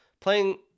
Playing